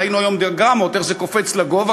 ראינו היום דיאגרמות איך זה קופץ לגובה,